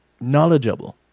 knowledgeable